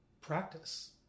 practice